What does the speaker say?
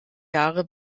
jahre